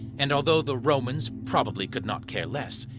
and although the romans probably could not care less,